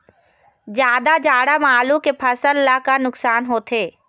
जादा जाड़ा म आलू के फसल ला का नुकसान होथे?